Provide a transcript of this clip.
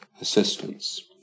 assistance